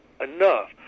enough